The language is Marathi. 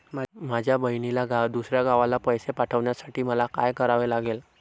माझ्या बहिणीला दुसऱ्या गावाला पैसे पाठवण्यासाठी मला काय करावे लागेल?